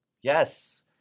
Yes